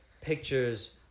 pictures